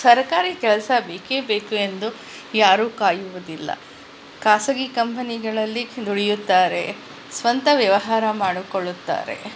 ಸರಕಾರಿ ಕೆಲಸ ಬೇಕೇ ಬೇಕು ಎಂದು ಯಾರೂ ಕಾಯುವುದಿಲ್ಲ ಖಾಸಗಿ ಕಂಪೆನಿಗಳಲ್ಲಿ ದುಡಿಯುತ್ತಾರೆ ಸ್ವಂತ ವ್ಯವಹಾರ ಮಾಡಿಕೊಳ್ಳುತ್ತಾರೆ